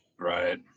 right